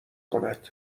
کند